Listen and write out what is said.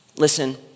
Listen